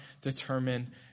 determine